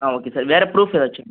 ஆ okay sir வேற proof ஏதாச்சும்